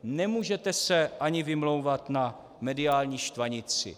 Nemůžete se ani vymlouvat na mediální štvanici.